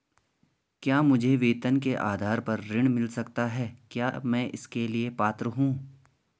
क्या मुझे वेतन के आधार पर ऋण मिल सकता है क्या मैं इसके लिए पात्र हूँ?